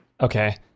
Okay